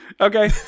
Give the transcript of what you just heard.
okay